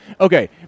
Okay